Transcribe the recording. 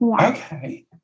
Okay